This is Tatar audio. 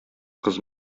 кыз